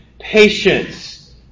patience